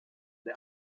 the